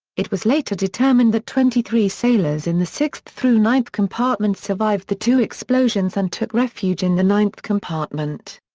it was later determined that twenty three sailors in the sixth through ninth compartments survived the two explosions and took refuge in the ninth compartment.